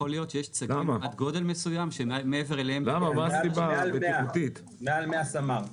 יכול להיות שיש צגים עד גודל מסוים שמעבר אליהם --- מעל 100 סמ"ר,